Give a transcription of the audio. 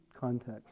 context